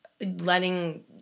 letting